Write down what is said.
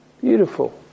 Beautiful